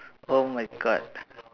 oh my God